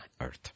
earth